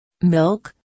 Milk